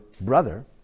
brother